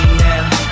now